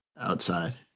outside